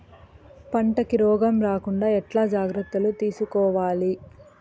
పంటకు రోగం రాకుండా ఎట్లా జాగ్రత్తలు తీసుకోవాలి?